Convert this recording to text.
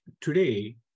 today